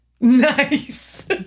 Nice